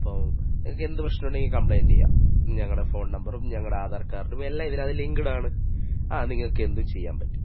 അപ്പോൾ നിങ്ങൾക്കെന്തു പ്രശ്നമുണ്ടെങ്കിലും കംപ്ലെയിൻ്റ് ചെയ്യാം ഞങ്ങളുടെ ഫോൺ നമ്പറും ഞങ്ങളുടെ ആധാർ കാർഡും എല്ലാം ഇതിനകത്ത് ലിങ്ക്ഡാണ് ആ നിങ്ങൾക്കെന്തും ചെയ്യാൻ പറ്റും